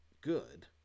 good